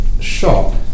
shop